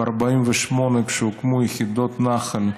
ב-48', כשהוקמו יחידות נח"ל,